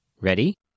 Ready